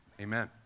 amen